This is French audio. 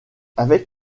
avec